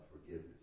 forgiveness